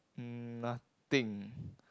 mm nothing